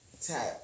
tap